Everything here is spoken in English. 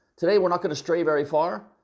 today we're not going to stray very far.